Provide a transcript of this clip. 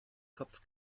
kopf